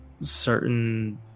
certain